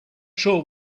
sure